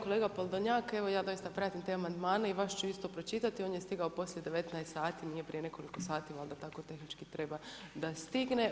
Kolega Podolnjak evo ja doista pratim te amandmane i vaš ću isto pročitati, on je stigao poslije 19h, nije prije nekoliko sati, valjda tako tehnički treba da stigne.